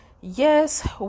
yes